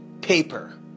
paper